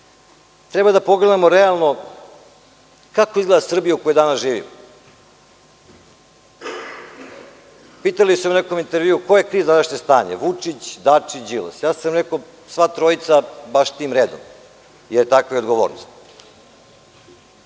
Treba da pogledamo realno kako izgleda Srbija u kojoj danas živimo. Pitali su me u nekom intervju – ko je kriv za naše stanje, Vučić, Dačić, Đilas? Rekao sam sva trojica, baš tim redom, jer takva je